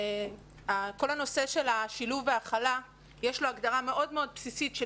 לכל נושא השילוב וההכלה יש הגדרה בסיסית מאוד